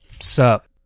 Sup